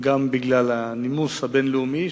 גם בגלל הנימוס הבין-לאומי,